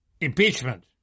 Impeachment